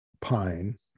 pine